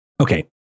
okay